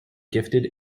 gifted